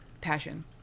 Passion